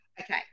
Okay